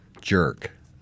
jerk